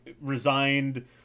resigned